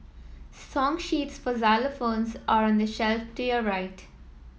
song sheets for xylophones are on the shelf to your right